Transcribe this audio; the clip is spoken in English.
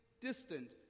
distant